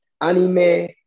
anime